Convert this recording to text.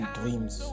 dreams